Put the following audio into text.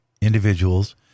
individuals